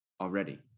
already